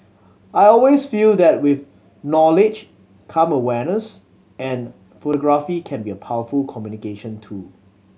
I always feel that with knowledge come awareness and photography can be a powerful communication tool